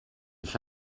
ich